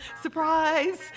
surprise